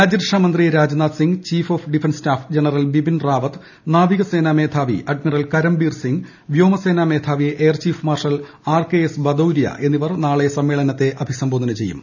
രാജ്യരക്ഷാ മന്ത്രി Rajnath Singh chief of defence staff general Bipin Rawat നാവിക സേനാ മേധാവി അഡ്മിറൽ കരംബീർ സിങ് വ്യോമസേനാ മേധാവി air chief marshal RKS Bhadauria എന്നിവർ നാളെ സമ്മേളനത്തെ അഭിസംബോധന ചെയ്യും